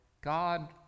God